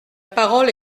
parole